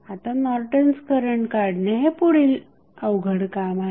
आता Norton's current काढणे हे पुढील अवघड काम आहे